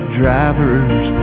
drivers